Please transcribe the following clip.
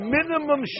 Minimum